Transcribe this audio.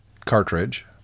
cartridge